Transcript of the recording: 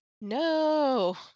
No